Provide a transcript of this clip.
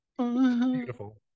beautiful